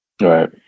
Right